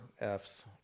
Fs